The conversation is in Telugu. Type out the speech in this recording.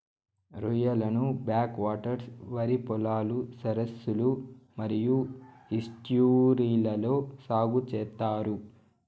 రొయ్యలను బ్యాక్ వాటర్స్, వరి పొలాలు, సరస్సులు మరియు ఈస్ట్యూరీలలో సాగు చేత్తారు